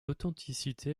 authenticité